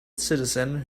citizen